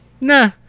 nah